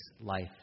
life